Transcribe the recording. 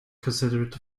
considered